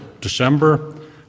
December